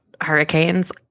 hurricanes